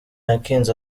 yakinze